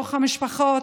בתוך המשפחות,